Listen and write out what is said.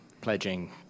pledging